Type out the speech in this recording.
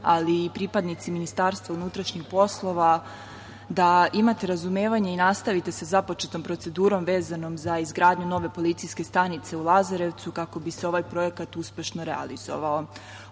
ali i pripadnici MUP-a da imate razumevanje i nastavite za započetom procedurom vezanom za izgradnju nove policijske stanice u Lazarevcu kako bi se ovaj projekat uspešno realizovao. Ovom